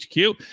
HQ